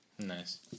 Nice